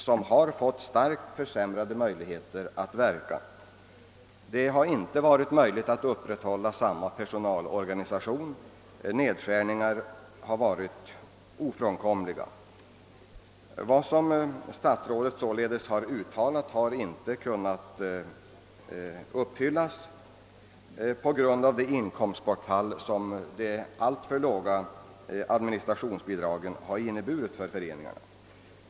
Det har inte varit möjligt för den att upprätthålla samma personalorganisation som tidigare. Nedskärningar har varit ofrånkomliga. De syften som statsrådet uttalat har således inte kunnat uppnås på grund av det inkomstbortfall som de alltför låga administrationsbidragen inneburit för föreningarna.